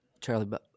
Charlie